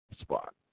spot